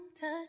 touch